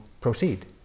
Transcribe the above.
proceed